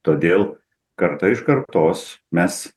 todėl karta iš kartos mes